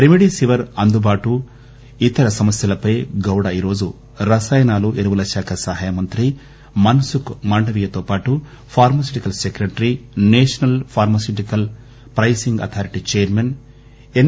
remdesivir అందుబాటు ఇతర సమస్యలపై గౌడ ఈరోజు రసాయనాలు ఎరువల శాఖ సహాయ మంత్రి మన్సుక్ మాండవీయతోపాటు pharmaceutical secretary national pharmaceutical pricing authority chairman yes